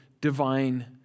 divine